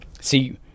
See